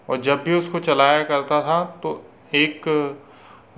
और जब भी उसको चलाया करता था तो एक